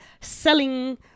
selling